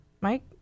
Mike